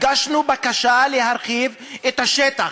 הגשנו בקשה להרחיב את השטח,